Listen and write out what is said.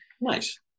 Nice